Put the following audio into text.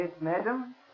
madam